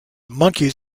monkeys